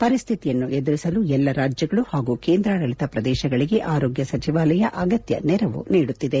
ಪರಿಸ್ಟಿತಿಯನ್ನು ಎದುರಿಸಲು ಎಲ್ಲಾ ರಾಜ್ಯಗಳು ಹಾಗೂ ಕೇಂದ್ರಾಡಳಿತ ಪ್ರದೇಶಗಳಿಗೆ ಆರೋಗ್ಯ ಸಚಿವಾಲಯ ಅಗತ್ಯ ನೆರವು ನೀಡುತ್ತಿದೆ